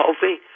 healthy